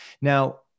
Now